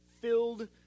filled